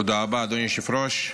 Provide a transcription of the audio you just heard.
תודה רבה, אדוני היושב-ראש.